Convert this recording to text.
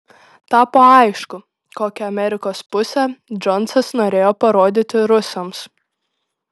tapo aišku kokią amerikos pusę džonsas norėjo parodyti rusams